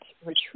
retreat